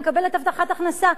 היא מקבלת הבטחת הכנסה,